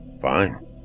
Fine